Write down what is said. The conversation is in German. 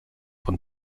von